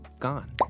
Gone